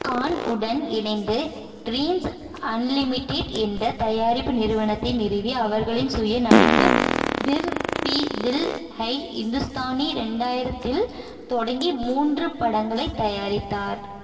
கான் உடன் இணைந்து Dreams Unlimited என்ற தயாரிப்பு நிறுவனத்தை நிறுவி அவர்களின் சுய நடிப்பு ஃபிர் பி தில் ஹை இந்துஸ்தானி ரெண்டாயிரத்தில் தொடங்கி மூன்று படங்களைத் தயாரித்தார்